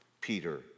Peter